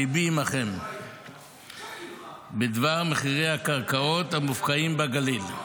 לבי עימכם בדבר מחירי הקרקעות המופקעים בגליל.